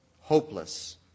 hopeless